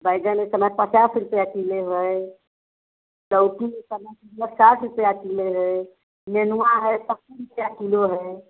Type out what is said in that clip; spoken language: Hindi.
बैंगन इस समय पचास रुपये किलो है लैकी इस समय लगभग साठ रुपया किलो है नेनुआ है सत्तर रुपया किलो है